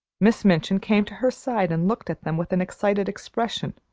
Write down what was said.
miss minchin came to her side and looked at them with an excited expression.